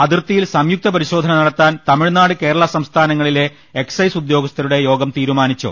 അതിർത്തിയിൽ സംയുകത പരിശോധന നടത്താൻ തമിഴ്നാട് കേരള സംസ്ഥാങ്ങളിലെ എക്സൈസ് ഉദ്യോഗസ്ഥരുടെ യോഗം തീരുമാനിച്ചു